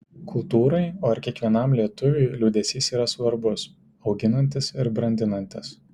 kultūrai o ir kiekvienam lietuviui liūdesys yra svarbus auginantis ir brandinantis